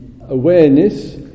awareness